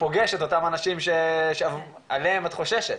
ופוגשת את אותם אנשים שעליהם את חוששת,